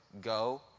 go